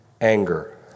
anger